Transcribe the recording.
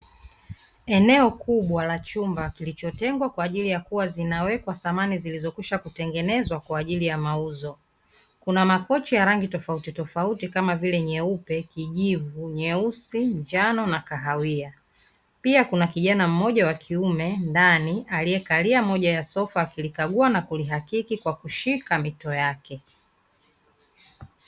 Eneo kubwa la chumba kilichotengwa kwa ajili ya kuwa zinawekwa samani zilizokwisha kutengenezwa kwaajili ya mauzo, kuna makochi ya rangi tofautitofauti kama vile nyeupe, kijivu, nyeusi, njano na kahawia, pia kuna kijana mmoja wa kiume ndani aliyekalia moja ya sofa akilikagua na kulihakiki kwa kushika mito yake.